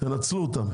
תנצלו אותם.